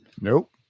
Nope